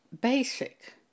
Basic